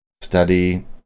Study